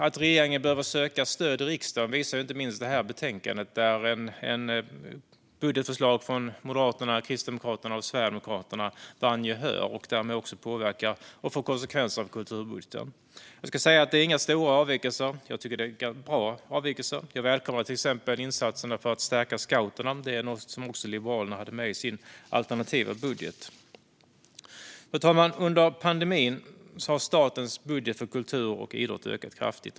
Att regeringen behöver söka stöd i riksdagen visar inte minst detta betänkande där ett budgetförslag från Moderaterna, Kristdemokraterna och Sverigedemokraterna vann gehör, vilket därmed påverkar och får konsekvenser för kulturbudgeten. Det är visserligen inga stora avvikelser. Jag tycker att det finns bra avvikelser. Jag välkomnar till exempel insatser för att stärka scouterna. Det är något som också Liberalerna hade med i sin alternativa budget. Fru talman! Under pandemin har statens budget för kultur och idrott ökat kraftigt.